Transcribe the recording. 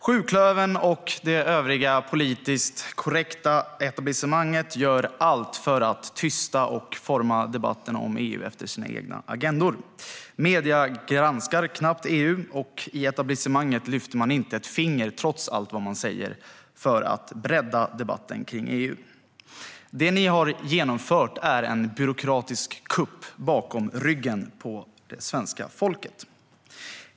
Sjuklövern och det övriga politiskt korrekta etablissemanget gör allt för att tysta och forma debatten om EU efter sina egna agendor. Medierna granskar knappt EU, och i etablissemanget lyfter man inte ett finger - trots allt vad man säger - för att bredda debatten kring EU. Det ni har genomfört är en byråkratisk kupp bakom ryggen på det svenska folket.